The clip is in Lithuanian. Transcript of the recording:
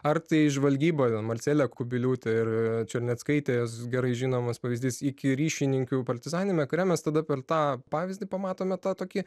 ar tai žvalgyboje marcelė kubiliūtė ir černeckaitė jos gerai žinomos pavyzdys iki ryšininkių partizaniniame kare mes tada per tą pavyzdį pamatome tą tokį